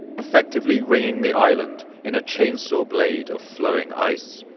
effectively ringing the island in a chainsaw blade of flowing ice.